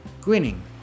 Grinning